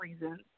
reasons